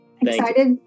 excited